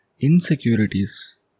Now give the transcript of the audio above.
Insecurities